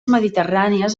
mediterrànies